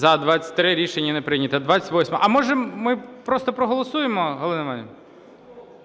За-23 Рішення не прийнято. 28-а. А, може, ми просто проголосуємо, Галино Іванівно,